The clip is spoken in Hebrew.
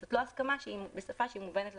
זאת לא הסכמה בשפה שהיא מובנת ללקוח.